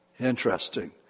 Interesting